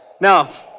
Now